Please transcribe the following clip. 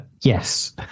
Yes